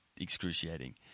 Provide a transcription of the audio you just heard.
excruciating